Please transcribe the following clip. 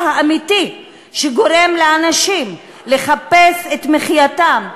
האמיתי שגורם לאנשים לחפש את מחייתם,